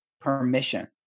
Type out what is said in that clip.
permission